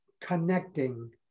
connecting